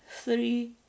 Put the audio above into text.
three